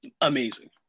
amazing